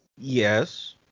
Yes